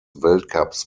weltcups